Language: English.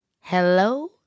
Hello